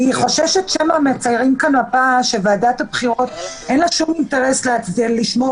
אני חוששת שמא מציירים פה מפה שלוועדת הבחירות אין שום אינטרס לשמור